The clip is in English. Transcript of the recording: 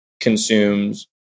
consumes